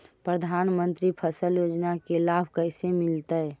प्रधानमंत्री फसल योजना के लाभ कैसे मिलतै?